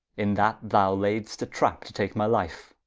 in that thou layd'st a trap to take my life,